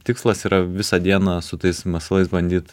tikslas yra visą dieną su tais masalais bandyt